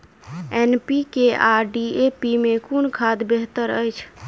NPK आ DAP मे कुन खाद बेहतर अछि?